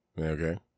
Okay